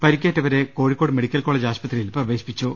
പരുക്കേറ്റവരെ Kozhikode medical college ആശുപത്രിയിൽ പ്രവേശിപ്പിച്ചു